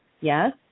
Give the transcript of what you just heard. Yes